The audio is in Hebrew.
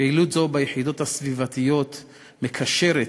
פעילות זו ביחידות הסביבתיות מקשרת